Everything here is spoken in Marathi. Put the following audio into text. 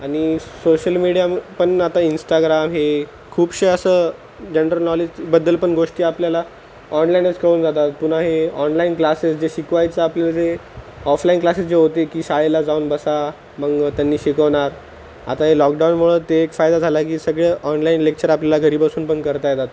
आणि सोशल मीडियामु पण आता इंस्टाग्रा म हे खूपसे असं जनरल नॉलेजबद्दल पण गोष्टी आपल्याला ऑणलाइणच कळून जातात पुन्हा हे ऑणलाइन क्लासेस जे शिकवायचं आपल्याला जे ऑफलाइन क्लासेस जे होते की शाळेला जाऊन बसा मग त्यांनी शिकवणार आता हे लॉकडाऊनमुळं ते एक फायदा झाला आहे की सगळं ऑणलाइन लेक्चर आपल्याला घरी बसून पण करता येतात